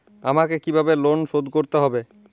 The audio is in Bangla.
আমাকে কিভাবে লোন শোধ করতে হবে?